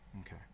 Okay